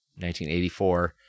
1984